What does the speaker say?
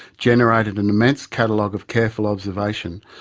generated an immense catalogue of careful observation,